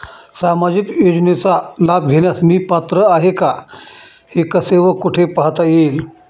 सामाजिक योजनेचा लाभ घेण्यास मी पात्र आहे का हे कसे व कुठे पाहता येईल?